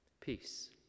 Peace